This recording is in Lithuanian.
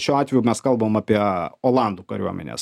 šiuo atveju mes kalbam apie olandų kariuomenės